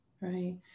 Right